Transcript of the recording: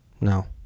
No